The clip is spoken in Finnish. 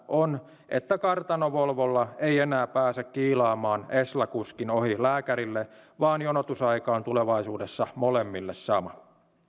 on että kartano volvolla ei enää pääse kiilaamaan esla kuskin ohi lääkärille vaan jonotusaika on tulevaisuudessa molemmille sama